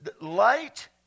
Light